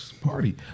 Party